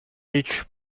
beach